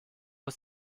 ist